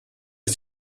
ist